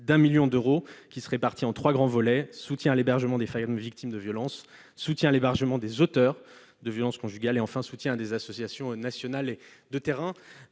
de 1 million d'euros, répartie en trois grands volets : soutien à l'hébergement des femmes victimes de violences, soutien à l'hébergement des auteurs de violences conjugales et soutien à des associations nationales et de terrain.